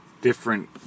different